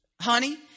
honey